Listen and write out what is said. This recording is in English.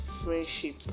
friendship